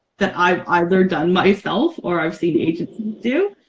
that i've either done myself or i've seen agents do.